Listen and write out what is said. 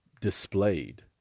displayed